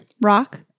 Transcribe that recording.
rock